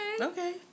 Okay